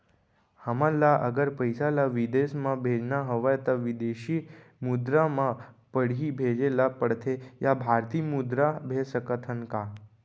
हमन ला अगर पइसा ला विदेश म भेजना हवय त विदेशी मुद्रा म पड़ही भेजे ला पड़थे या भारतीय मुद्रा भेज सकथन का?